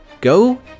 Go